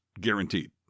guaranteed